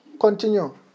Continue